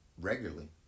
regularly